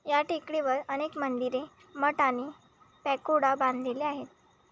या टेकडीवर अनेक मंदिरे मठ आणि पॅकोडा बांधलेल्या आहेत